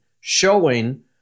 showing